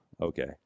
okay